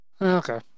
Okay